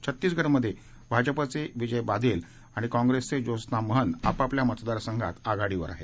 छत्तीसगडमधे भाजपाचे विजय बाधेल आणि काँप्रेसचे ज्योत्सना महंत आपापल्या मतदारसंघात आघाडीवर आहेत